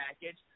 package